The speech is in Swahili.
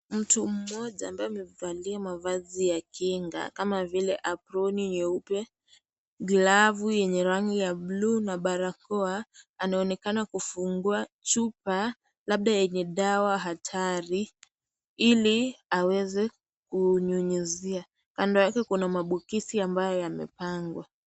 Mtu mmoja ambaye amevalia mavazi ya kinga kama vile aproni nyeupe , glavu yenye rangi ya bluu na barakoa , anaonekana kufungua chupa labda yenye dawa hatari ili aweze kunyunyiza, Kando yake kuna mabukizi ambayo yamepangwa.